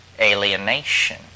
alienation